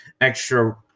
extra